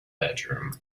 bedroom